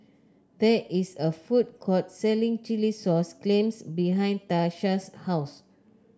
there is a food court selling Chilli Sauce Clams behind Tasha's house